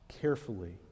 carefully